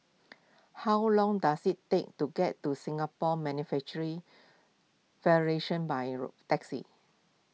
how long does it take to get to Singapore Manufacturing Federation by raw taxi